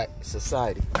society